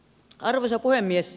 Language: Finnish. arvoisa puhemies